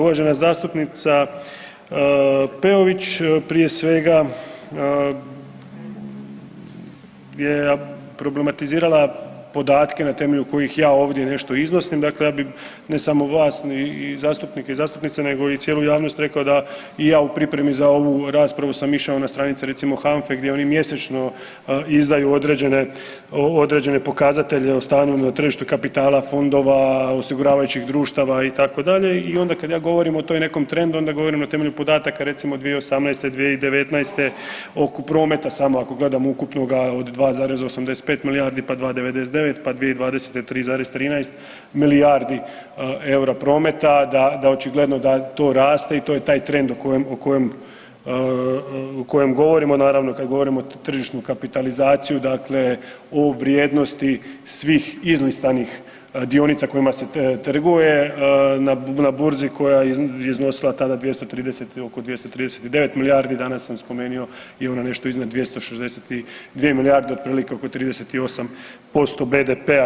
Uvažena zastupnica Peović prije svega je problematizirala podatke na temelju kojih ja ovdje nešto iznosim, dakle ja bi ne samo vas zastupnike i zastupnice nego i cijeloj javnosti rekao da i ja u pripremi za ovu raspravu sam išao na stranice recimo HANFA-e gdje oni mjesečno izdaju određene, određene pokazatelje o stanju na tržištu kapitala fondova, osiguravajućih društava itd. i onda kad ja govorim o tom nekom trendu onda govorim na temelju podataka recimo 2018., 2019., oko prometa samo ako gledamo ukupnoga od 2,85 milijardi, pa 2,99, pa 2020. 3,13 milijardi EUR-a prometa, da, da očigledno da to raste i to je taj trend o kojem, o kojem, o kojemu govorimo naravno kad govorimo tržišnu kapitalizaciju, dakle o vrijednosti svih izlistanih dionica kojima se trguje na burzi, koja je iznosila tada 230, oko 239 milijardi, danas sam spomenuo i ono nešto iznad 262 milijarde otprilike oko 38% BDP-a.